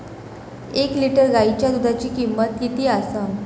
एक लिटर गायीच्या दुधाची किमंत किती आसा?